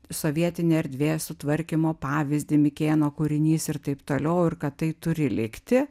sovietinį erdvės sutvarkymo pavyzdį mikėno kūrinys ir taip toliau ir kad tai turi likti